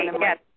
yes